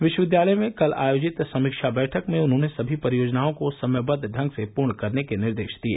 विश्वविद्यालय में कल आयोजित समीक्षा बैठक में उन्होंने सभी परियोजनाओं को समयबद्व ढंग से पूर्ण करने के निर्देश दिए